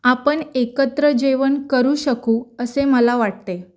आपण एकत्र जेवण करू शकू असे मला वाटते